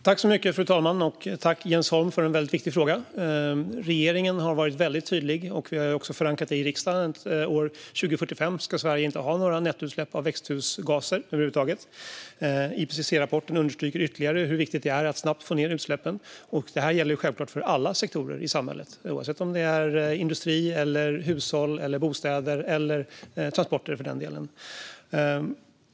Fru talman! Jag tackar Jens Holm för en viktig fråga. Regeringen har varit tydlig - och vi har förankrat i riksdagen - att år 2045 ska Sverige inte ha några nettoutsläpp av växthusgaser över huvud taget. IPCC-rapporten understryker ytterligare hur viktigt det är att snabbt få ned utsläppen. Det gäller självklart för alla sektorer i samhället, oavsett om det är industri, hushåll, bostäder eller transporter.